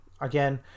Again